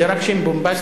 זה רק שם בומבסטי,